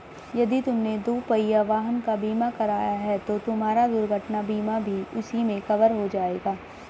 यदि तुमने दुपहिया वाहन का बीमा कराया है तो तुम्हारा दुर्घटना बीमा भी उसी में कवर हो जाएगा